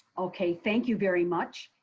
okay. thank you very much.